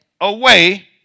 away